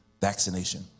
vaccination